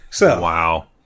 Wow